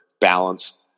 balance